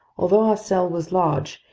although our cell was large,